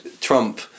Trump